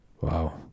wow